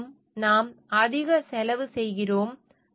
மேலும் நாம் அதிக செலவு செய்கிறோம்